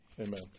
Amen